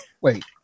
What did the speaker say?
Wait